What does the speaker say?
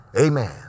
Amen